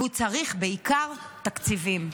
והוא צריך בעיקר תקציבים.